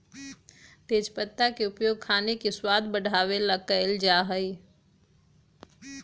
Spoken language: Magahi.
तेजपत्ता के उपयोग खाने के स्वाद बढ़ावे ला कइल जा हई